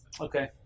Okay